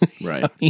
Right